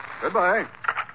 Goodbye